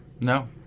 No